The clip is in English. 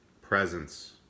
presence